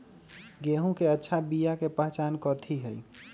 गेंहू के अच्छा बिया के पहचान कथि हई?